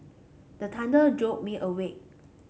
the thunder jolt me awake